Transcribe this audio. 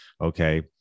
Okay